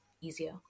easier